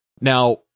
Now